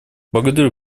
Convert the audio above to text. благодарю